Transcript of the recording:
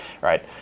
right